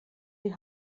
die